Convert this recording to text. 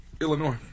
Illinois